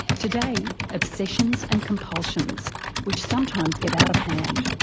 today, obsessions and compulsions which sometimes get out of hand.